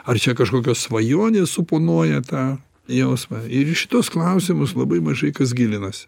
ar čia kažkokios svajonės suponuoja tą jausmą ir į šituos klausimus labai mažai kas gilinasi